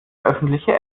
öffentliche